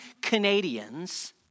Canadians